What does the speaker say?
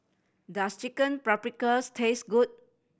does Chicken Paprikas taste good